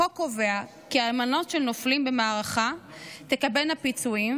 החוק קובע כי האלמנות של נופלים במערכה תקבלנה פיצויים,